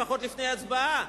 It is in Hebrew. לפחות לפני ההצבעה,